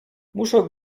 muszę